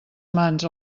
mans